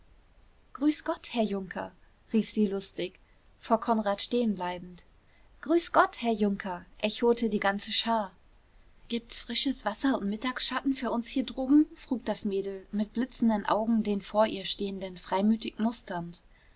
grüß gott herr junker rief sie lustig vor konrad stehen bleibend grüß gott herr junker echote die ganze schar gibt's frisches wasser und mittagsschatten für uns hier droben frug das mädel mit blitzenden augen den vor ihr stehenden freimütig musternd